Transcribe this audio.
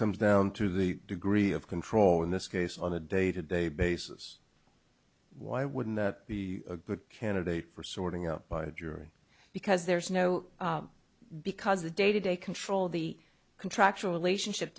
comes down to the degree of control in this case on a day to day basis why wouldn't that be a good candidate for sorting out by a jury because there's no because the day to day control of the contractual relationship